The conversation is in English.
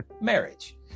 marriage